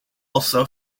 also